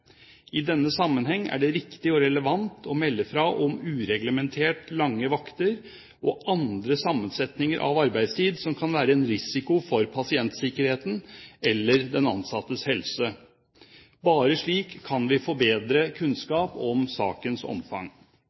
I denne sammenheng er det riktig og relevant å melde fra om ureglementert lange vakter og andre sammensetninger av arbeidstid som kan være en risiko for pasientsikkerheten eller den ansattes helse. Bare slik kan vi få bedre kunnskap om sakens omfang.